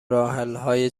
راهحلهای